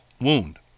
wound